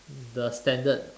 the standard